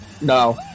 No